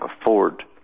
afford